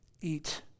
eat